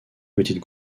petites